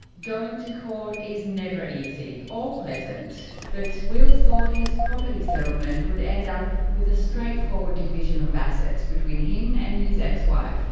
going to court is never easy, or pleasant. but will thought his property settlement would end with a straightforward division of assets between him and his ex wife.